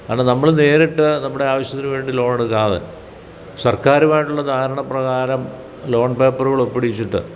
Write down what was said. കാരണം നമ്മൾ നേരിട്ടു നമ്മുടെ ആവശ്യത്തിനു വേണ്ടി ലോണെടുക്കാതെ സർക്കാരുമായിട്ടുള്ള ധാരണപ്രകാരം ലോൺ പേപ്പറുകൾ ഒപ്പിടിയിച്ചിട്ട്